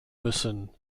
müssen